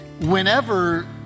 Whenever